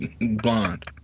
blonde